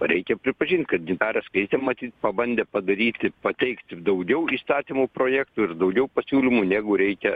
reikia pripažint kad gintarė skaistė matyt pabandė padaryti pateikt daugiau įstatymų projektų ir daugiau pasiūlymų negu reikia